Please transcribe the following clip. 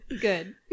good